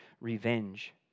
revenge